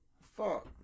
Fuck